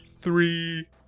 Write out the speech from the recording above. three